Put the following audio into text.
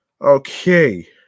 Okay